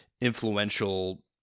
influential